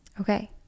Okay